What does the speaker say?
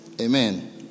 Amen